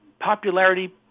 popularity